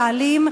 האלים,